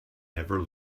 never